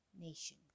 nation